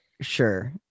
Sure